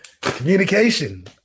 Communication